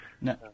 No